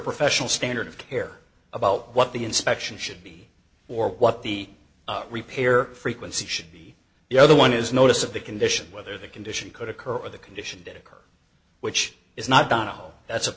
professional standard of care about what the inspection should be or what the repair frequency should be the other one is notice of the condition whether the condition could occur or the condition did occur which is not donal that's a